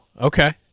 Okay